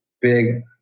big